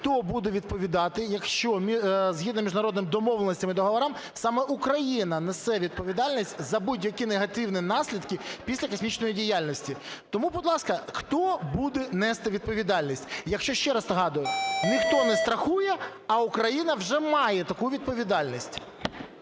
хто буде відповідати, якщо, згідно міжнародних домовленостей і договорів, саме Україна несе відповідальність за будь-які негативні наслідки після космічної діяльності? Тому, будь ласка, хто буде нести відповідальність, якщо, ще раз нагадую, ніхто не страхує, а Україна вже має таку відповідальність?